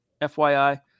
FYI